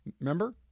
Remember